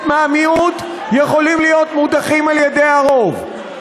מהמיעוט יכולים להיות מודחים על-ידי הרוב.